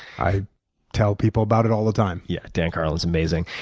i tell people about it all the time. yeah, dan carlin's amazing.